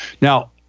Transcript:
Now